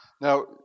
Now